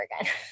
again